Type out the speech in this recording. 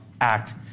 act